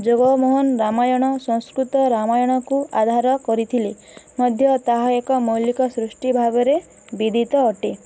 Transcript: ଜଗମୋହନ ରାମାୟଣ ସଂସ୍କୃତ ରାମାୟଣକୁ ଆଧାର କରିଥିଲେ ମଧ୍ୟ ତାହା ଏକ ମୌଳିକ ସୃଷ୍ଟି ଭାବରେ ବିଦିତ ଅଟେ